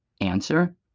answer